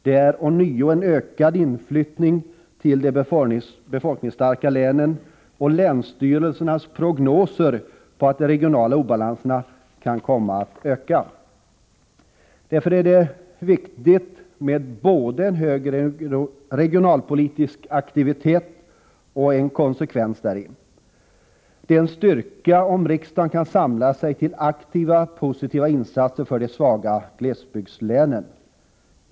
Det är ånyo en ökad inflyttning till de befolkningsstarka länen, och länsstyrelsernas prognoser tyder på att de regionala obalanserna kan komma att öka. Därför är det viktigt med både en hög regionalpolitisk aktivitet och en konsekvens däri. Det är en styrka om riksdagen kan samla sig till aktiva positiva insatser för de svaga glesbygdslänen.